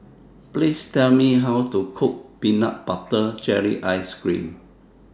Please Tell Me How to Cook Peanut Butter Jelly Ice Cream